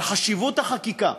על חשיבות החקיקה,